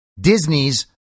Disney's